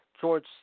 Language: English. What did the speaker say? George